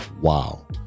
wow